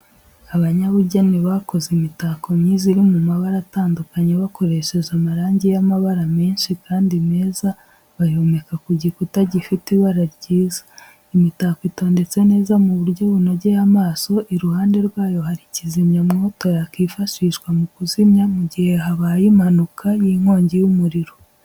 Abanyabugeni bakoze imitako myiza iri mu mabara atandukanye bakoresheje amarangi y'amabara menshi kandi meza bayomeka ku gikuta gifite ibara ryiza, imitako itondetse neza mu buryo bunogeye amaso, iruhande rwayo hari kizimyamwoto yakwifashishwa mu kuzimya mu gihe habaye impanuka y'inkongi y'umuriro.